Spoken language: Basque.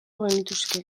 genituzke